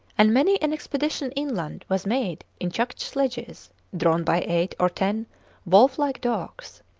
and many an expedition inland was made in chukche sledges drawn by eight or ten wolf-like dogs.